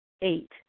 Eight